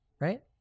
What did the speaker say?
right